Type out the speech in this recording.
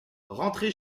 rentrez